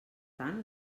tant